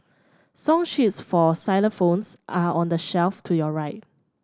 song sheets for xylophones are on the shelf to your right